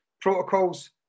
protocols